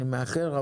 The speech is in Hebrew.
אני מאחר.